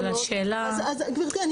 אז גברתי,